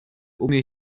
umie